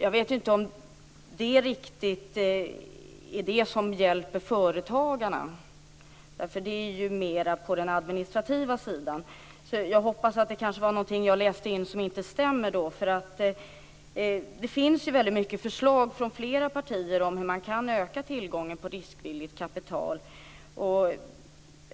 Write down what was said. Jag vet inte om det riktigt är detta som hjälper företagarna, eftersom detta är mer på den administrativa sidan. Jag hoppas att det kanske var något som jag läste in och som inte stämmer. Det finns ju väldigt många förslag från flera partier om hur man kan öka tillgången på riskvilligt kapital.